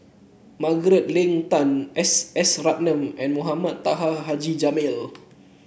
Margaret Leng Tan S S Ratnam and Mohamed Taha Haji Jamil